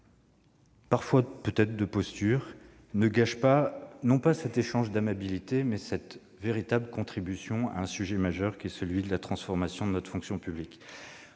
parfois, peut-être, de posture, ne gâchent pas, non pas cet échange d'amabilités, mais cette véritable contribution au sujet majeur qu'est la transformation de notre fonction publique.